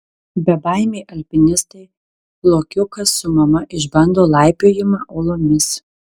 bebaimiai alpinistai lokiukas su mama išbando laipiojimą uolomis